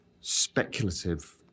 Speculative